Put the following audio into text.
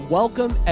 welcome